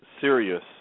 serious